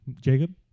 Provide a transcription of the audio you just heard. Jacob